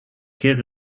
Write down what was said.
kirr